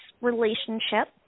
relationship